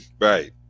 Right